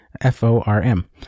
F-O-R-M